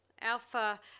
Alpha